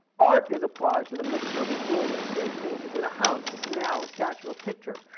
art is applied to the mixture of his will but the same things, as in a house, a canal, a statute, a picture.